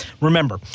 Remember